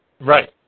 Right